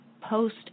post